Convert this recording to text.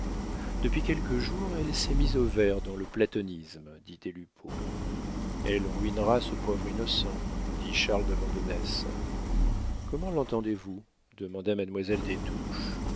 depuis quelques jours elle s'est mise au vert dans le platonisme dit des lupeaulx elle ruinera ce pauvre innocent dit charles de vandenesse comment l'entendez-vous demanda mademoiselle